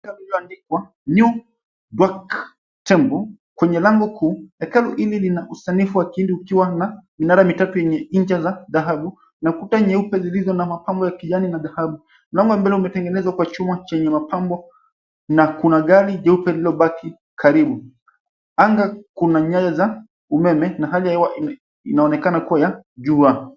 ...iliyoandikwa New York Temple kwenye lango kuu. Hekalu hili lina usanifu wa kihindi ukiwa na minara mitatu yenye inja za dhahabu na kuta nyeupe zilizo na mapambo ya kijani na dhahabu. Mlango wa mbele umetengenezwa kwa chuma chenye mapambo na kuna gari jeupe lililobaki karibu. Anga kuna nyaya za umeme na hali ya hewa inaonekana kuwa ya jua.